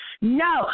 no